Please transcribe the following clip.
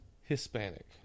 Hispanic